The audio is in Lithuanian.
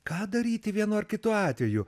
ką daryti vienu ar kitu atveju